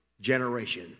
generation